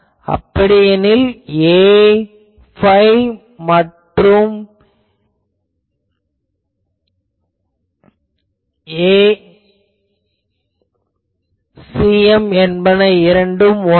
அப்படியெனில் Ap மற்றும் Aem என்பன இரண்டும் ஒன்றா